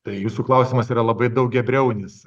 tai jūsų klausimas yra labai daugiabriaunis